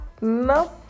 No